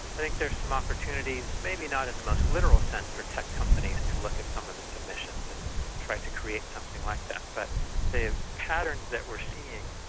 i think there's some opportunities, maybe not in the most literal sense for tech companies to look at some of the submissions and try to create something like that, but there's patterns that we're seeing,